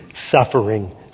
suffering